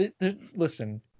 listen